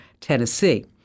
Tennessee